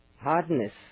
hardness